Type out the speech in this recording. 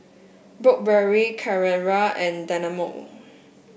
Burberry Carrera and Dynamo